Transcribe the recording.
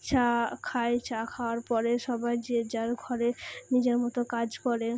চা খায় চা খাওয়ার পরে সবাই যে যার ঘরে নিজের মতো কাজ করে